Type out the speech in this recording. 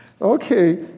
Okay